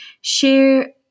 Share